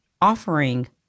offering